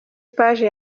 page